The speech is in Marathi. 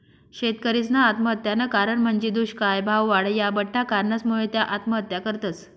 शेतकरीसना आत्महत्यानं कारण म्हंजी दुष्काय, भाववाढ, या बठ्ठा कारणसमुये त्या आत्महत्या करतस